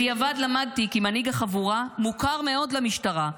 בדיעבד למדתי כי מנהיג החבורה מוכר מאוד למשטרה,